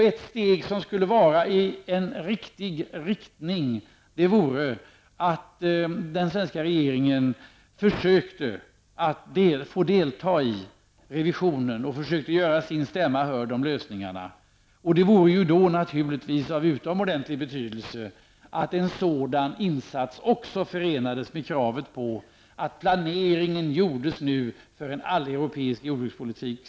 Ett steg i rätt riktning vore att den svenska regeringen försökte att få delta i revisionen och göra sin stämma hörd om lösningarna. Det vore naturligtvis av utomordentlig betydelse att en sådan insats också förenades med kravet på att planeringen nu gjordes för en alleuropeisk jordbrukspolitik.